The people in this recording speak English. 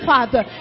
Father